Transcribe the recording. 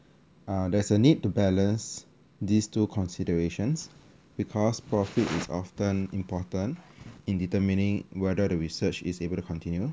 uh there's a need to balance these two considerations because profit is often important in determining whether the research is able to continue